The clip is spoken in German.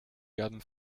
werden